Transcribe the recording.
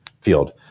field